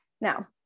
Now